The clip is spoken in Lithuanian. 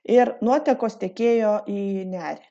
ir nuotekos tekėjo į nerį